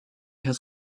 has